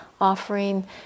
offering